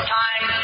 time